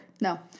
No